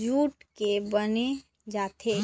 jute के बनाए जाथे